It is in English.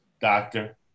Doctor